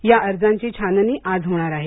या अर्जांची छाननी आज होणार आहे